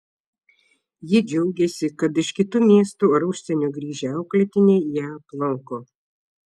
ji džiaugiasi kad iš kitų miestų ar užsienio grįžę auklėtiniai ją aplanko